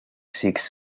seeks